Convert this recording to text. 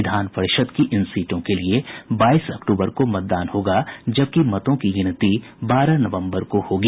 विधान परिषद् की इन सीटों के लिये बाईस अक्टूबर को मतदान होगा जबकि मतगणना बारह नवम्बर को होगी